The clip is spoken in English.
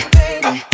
baby